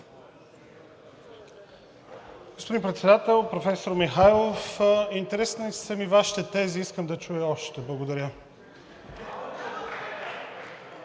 Господин Председател! Професор Михайлов, интересни са ми Вашите тези, искам да чуя още. Благодаря.